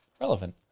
relevant